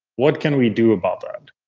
what can we do about that?